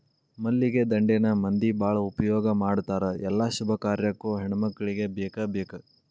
ಮಲ್ಲಿಗೆ ದಂಡೆನ ಮಂದಿ ಬಾಳ ಉಪಯೋಗ ಮಾಡತಾರ ಎಲ್ಲಾ ಶುಭ ಕಾರ್ಯಕ್ಕು ಹೆಣ್ಮಕ್ಕಳಿಗೆ ಬೇಕಬೇಕ